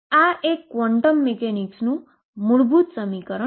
અને નો અર્થ હજુ સમજવાનો બાકી છે